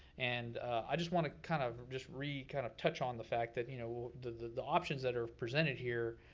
and i just wanna kind of just re-kind of touch on the fact that you know the the options that are presented here,